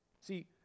See